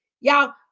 Y'all